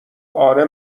آره